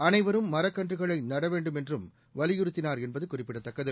அனைவரும் மரக்கன்றுகளை நடவேண்டும் என்றும் வலியுறுத்தினார் என்பது குறிப்பிடத்தக்கது